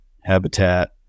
habitat